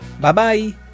Bye-bye